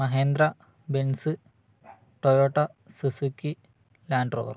Mahindra Benz Toyota Suzuki Land Rover